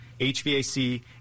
HVAC